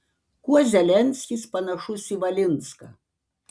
kuo zelenskis panašus į valinską